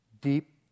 deep